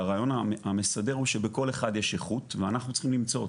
הרעיון המסדר הוא שבכל אחד יש איכות ואנחנו צריכים למצוא אותה.